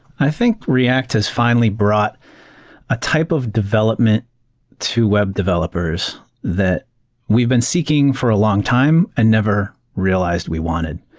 i think react has finally brought a type of development to web developers that we've been seeking for a long time and never realized we wanted.